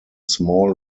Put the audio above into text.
small